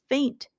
Faint